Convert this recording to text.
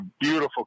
beautiful